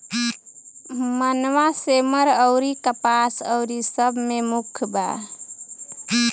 मनवा, सेमर अउरी कपास अउरी सब मे मुख्य बा